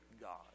God